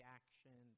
action